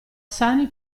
sani